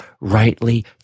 rightly